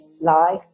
life